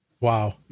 Wow